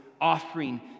offering